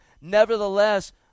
nevertheless